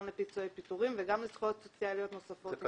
גם לפיצויי פיטורים וגם לזכויות סוציאליות נוספות,